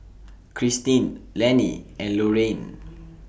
Cristine Lenny and Lorayne